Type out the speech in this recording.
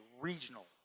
regional